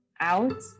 out